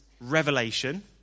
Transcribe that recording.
revelation